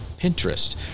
Pinterest